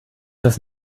das